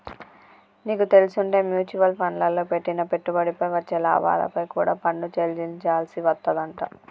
నీకు తెల్సుంటే మ్యూచవల్ ఫండ్లల్లో పెట్టిన పెట్టుబడిపై వచ్చే లాభాలపై కూడా పన్ను చెల్లించాల్సి వత్తదంట